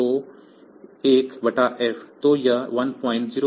तो 1f